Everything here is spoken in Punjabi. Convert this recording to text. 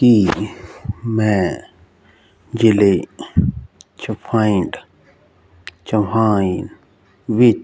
ਕੀ ਮੈਂ ਜ਼ਿਲ੍ਹੇ ਚੰਫਾਈ ਚੰਫਾਈ